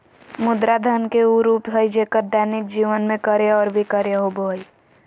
मुद्रा धन के उ रूप हइ जेक्कर दैनिक जीवन में क्रय और विक्रय होबो हइ